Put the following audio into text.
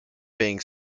being